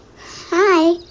Hi